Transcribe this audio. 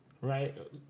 right